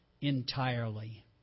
entirely